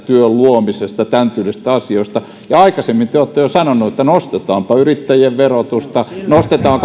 työn luomisesta tämän tyylisistä asioista aikaisemmin te olette jo sanonut että nostetaanpa yrittäjien verotusta nostetaan